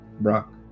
Brock